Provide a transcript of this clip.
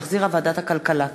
שהחזירה ועדת הכלכלה.